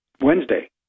Wednesday